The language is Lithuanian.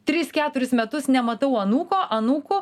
tris keturis metus nematau anūko anūkų